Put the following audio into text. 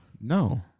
No